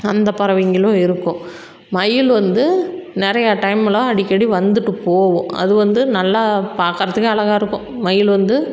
அந்த பறவைங்களும் இருக்கும் மயில் வந்து நிறையா டைமில் அடிக்கடி வந்துட்டு போகும் அது வந்து நல்லா பாக்கிறதுக்கே அழகாக இருக்கும் மயில் வந்து